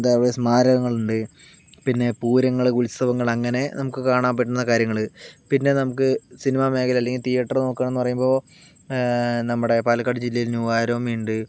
എന്താ പറയുക സ്മാരകങ്ങളുണ്ട് പിന്നെ പൂരങ്ങൾ ഉത്സവങ്ങൾ അങ്ങനെ നമുക്ക് കാണാൻ പറ്റുന്ന കാര്യങ്ങൾ പിന്നെ നമുക്ക് സിനിമ മേഖല അല്ലെങ്കള്ള് തിയേറ്റർ നോക്കുകയാണെന്ന് പറയുമ്പോൾ നമ്മുടെ പാലക്കാട് ജില്ലയിൽ ന്യൂ ആരോമയുണ്ട്